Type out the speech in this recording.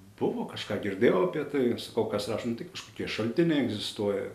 buvo kažką girdėjau apie tai sakau kas rašoma tai kažkokie šaltiniai egzistuoja